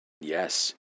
Yes